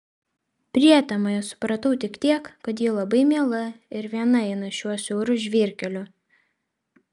prietemoje supratau tik tiek kad ji labai miela ir viena eina šiuo siauru žvyrkeliu